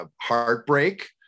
heartbreak